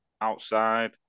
outside